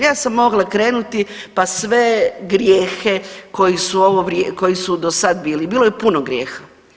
Ja sam mogla krenuti, pa sve grijehe koji su do sad bili, bilo je puno grijeha.